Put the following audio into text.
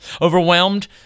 overwhelmed